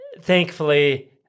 Thankfully